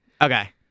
Okay